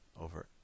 over